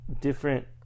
Different